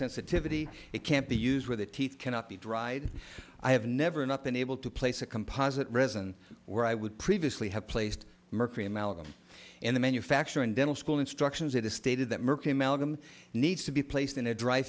sensitivity it can't be used where the teeth cannot be dried i have never not been able to place a composite resin where i would previously have placed mercury amalgam in the manufacture and dental school instructions it is stated that murky amalgam needs to be placed in a dry